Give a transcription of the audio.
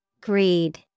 Greed